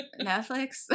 Netflix